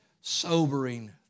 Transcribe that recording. sobering